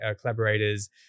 collaborators